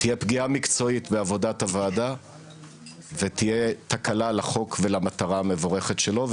תהיה פגיעה מקצועית בעבודת הוועדה ותהיה תקלה לחוק ולמטרה המבורכת שלו.